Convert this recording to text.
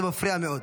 זה מפריע מאוד.